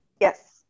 Yes